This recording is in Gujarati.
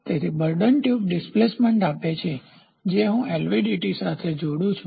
તેથી બોર્ડોન ટ્યુબ ડિસ્પ્લેસમેન્ટ આપે છે જે હું એલવીડીટી સાથે જોડું છું